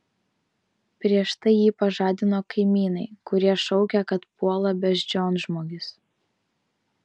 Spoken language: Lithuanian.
prieš tai jį pažadino kaimynai kurie šaukė kad puola beždžionžmogis